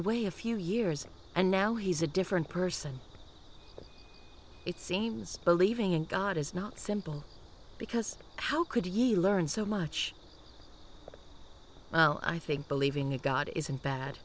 away a few years and now he's a different person it seems believing in god is not simple because how could you learn so much i think believing in god isn't bad